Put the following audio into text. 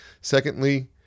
Secondly